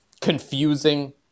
confusing